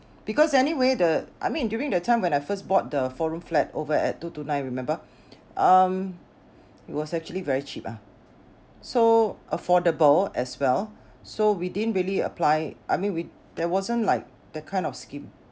because anyway the I mean during the time when I first bought the four room flat over at two two nine remember um it was actually very cheap ah so affordable as well so we didn't really apply I mean we there wasn't like that kind of scheme